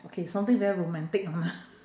okay something very romantic lah